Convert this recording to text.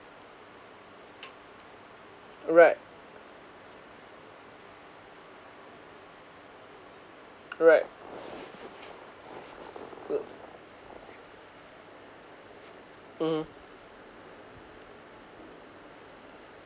right right l~ mmhmm